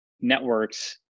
networks